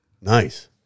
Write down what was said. Nice